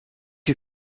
you